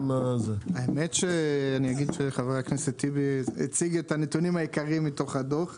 האמת שאני אגיד שחבר הכנסת טיבי הציג את הנתונים העיקריים מתוך הדו"ח,